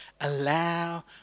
Allow